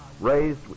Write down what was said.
raised